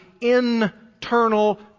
internal